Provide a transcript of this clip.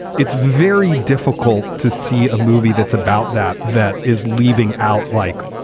it's very difficult to see a movie that's about that that is leaving out like.